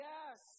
Yes